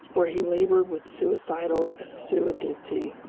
where he labored with suicidal assiduity.